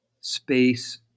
space